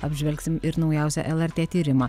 apžvelgsim ir naujausią lrt tyrimą